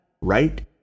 right